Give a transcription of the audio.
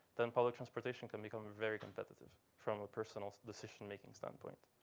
then public transportation can become very competitive from a personal decision-making standpoint.